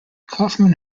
kaufman